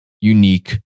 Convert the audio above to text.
unique